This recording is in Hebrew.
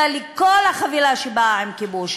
אלא לכל החבילה שבאה עם כיבוש: